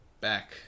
back